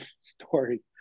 story